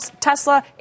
Tesla